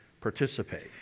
participate